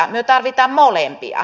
me tarvitsemme molempia